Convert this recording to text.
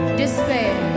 despair